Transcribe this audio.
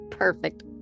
Perfect